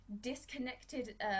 disconnected